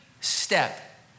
step